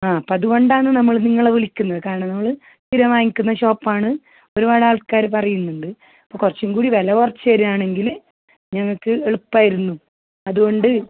ആ അപ്പം അതുകൊണ്ടാണ് നമ്മൾ നിങ്ങളെ വിളിക്കുന്നത് കാരണം നമ്മൾ സ്ഥിരം വാങ്ങിക്കുന്ന ഷോപ്പ് ആണ് ഒരുപാട് ആൾക്കാർ പറയുന്നുണ്ട് അപ്പോൾ കുറച്ചും കൂടി വില കുറച്ച് തരുകയാണെങ്കിൽ ഞങ്ങൾക്ക് എളുപ്പമായിരുന്നു അതുകൊണ്ട്